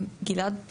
גלעד,